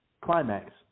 climax